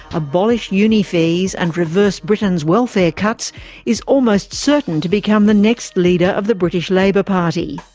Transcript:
abolish uni fees and reverse britain's welfare cuts is almost certain to become the next leader of the british labour party.